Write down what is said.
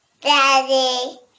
Daddy